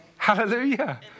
Hallelujah